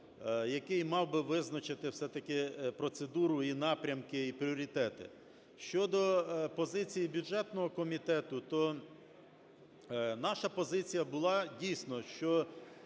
який мав би визначити все-таки процедуру, і напрямки, і пріоритети. Щодо позиції бюджетного комітету, то наша позиція була, дійсно, що